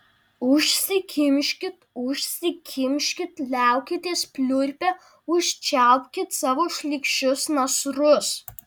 užsikimškit užsikimškit liaukitės pliurpę užčiaupkit savo šlykščius nasrus